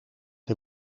hij